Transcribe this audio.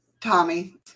Tommy